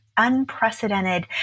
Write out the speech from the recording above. Unprecedented